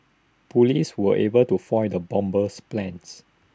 Police were able to foil the bomber's plans